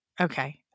okay